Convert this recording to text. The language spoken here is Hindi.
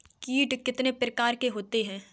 कीट कितने प्रकार के होते हैं?